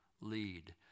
lead